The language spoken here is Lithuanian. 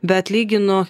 bet lyginu